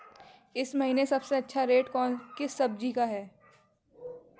इस महीने सबसे अच्छा रेट किस सब्जी का है?